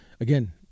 Again